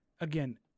again